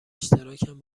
اشتراکم